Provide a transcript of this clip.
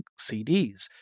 CDs